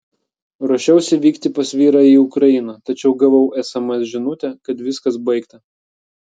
ruošiausi vykti pas vyrą į ukrainą tačiau gavau sms žinutę kad viskas baigta